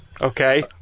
Okay